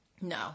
no